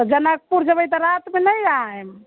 तऽ जनकपुर जयबै तऽ रातिमे नहि आयम